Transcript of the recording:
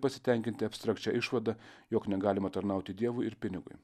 pasitenkinti abstrakčia išvada jog negalima tarnauti dievui ir pinigui